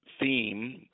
theme